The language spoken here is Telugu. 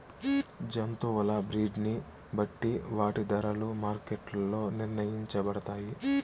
జంతువుల బ్రీడ్ ని బట్టి వాటి ధరలు మార్కెట్ లో నిర్ణయించబడతాయి